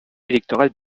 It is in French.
électoral